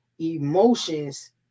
emotions